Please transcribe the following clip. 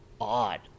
odd